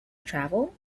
travel